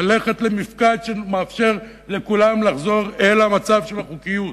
ללכת למפקד שמאפשר לכולם לחזור למצב של חוקיות.